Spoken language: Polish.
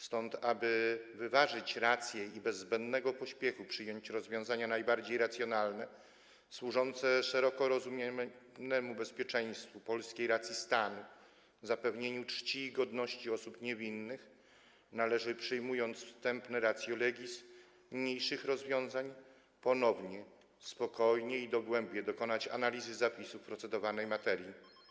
Stąd, aby wyważyć racje i bez zbędnego pośpiechu przyjąć rozwiązania najbardziej racjonalne, służące szeroko rozumianemu bezpieczeństwu, polskiej racji stanu, zapewnieniu czci i godności osób niewinnych, należy, przyjmując wstępnie ratio legis niniejszych rozwiązań, ponownie spokojnie i dogłębnie dokonać analizy zapisów procedowanej materii.